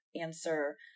answer